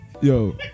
yo